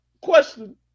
question